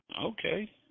Okay